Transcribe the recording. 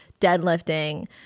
deadlifting